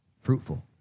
fruitful